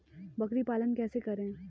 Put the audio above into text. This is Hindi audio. बकरी पालन कैसे करें?